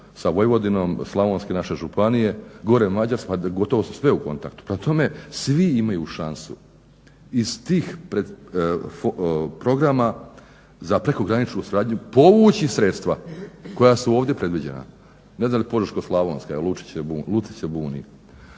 sa Vojvodinom slavonske naše županije, gore Mađarske, gotovo su sve u kontaktu. Prema tome, svi imaju šansu iz tih programa za prekograničnu suradnju povući sredstva koja su ovdje predviđena. Ne znam je Požeško-slavonska, Lucić se buni.